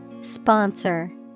Sponsor